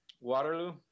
Waterloo